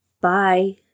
Bye